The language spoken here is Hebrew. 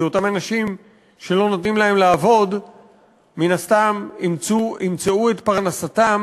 כי אותם אנשים שלא נותנים להם לעבוד מן הסתם ימצאו את פרנסתם